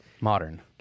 Modern